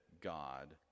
God